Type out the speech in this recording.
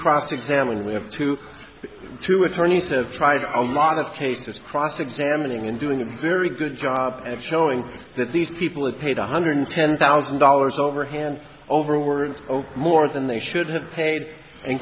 cross examine we have to two attorneys have tried a lot of cases cross examining and doing a very good job at showing that these people are paid one hundred ten thousand dollars over hand over were more than they should have paid